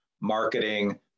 marketing